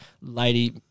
Lady